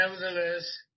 nevertheless